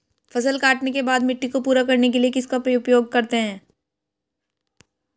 फसल काटने के बाद मिट्टी को पूरा करने के लिए किसका उपयोग करते हैं?